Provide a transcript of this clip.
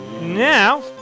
now